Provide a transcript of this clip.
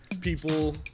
people